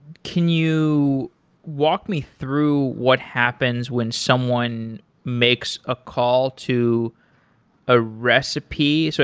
can you walk me through what happens when someone makes a call to a recipe? so